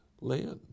land